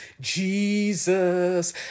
Jesus